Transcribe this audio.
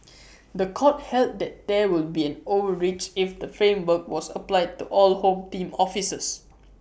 The Court held that there would be an overreach if the framework was applied to all home team officers